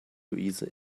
louise